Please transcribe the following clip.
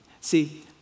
See